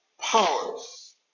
powers